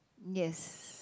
yes